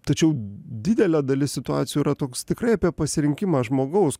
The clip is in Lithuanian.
tačiau didelė dalis situacijų yra toks tikrai apie pasirinkimą žmogaus